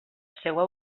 seua